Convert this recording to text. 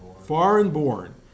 Foreign-born